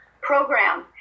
program